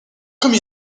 comme